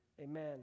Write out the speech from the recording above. Amen